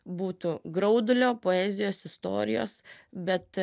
būtų graudulio poezijos istorijos bet